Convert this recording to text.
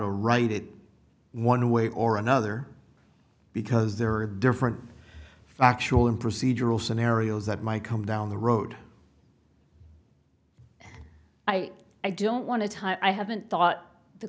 to write it one way or another because there are different factual and procedural scenarios that might come down the road i i don't want to tie i haven't thought the